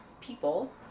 people